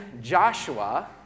Joshua